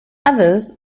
others